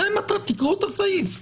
תקראו את הסעיף.